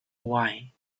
why